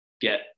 get